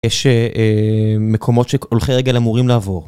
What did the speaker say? יש מקומות שהולכי רגל אמורים לעבור.